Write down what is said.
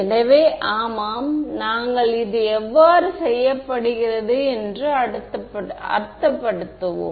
எனவே ஆமாம் நாங்கள் இது எவ்வாறு செய்யப்படுகிறது என்று அர்த்தப்படுத்துவோம்